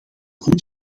goed